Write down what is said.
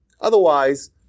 Otherwise